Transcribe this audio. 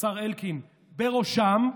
השר אלקין, בראשן,